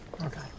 Okay